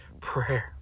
Prayer